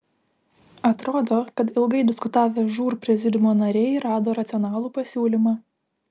atrodo kad ilgai diskutavę žūr prezidiumo nariai rado racionalų pasiūlymą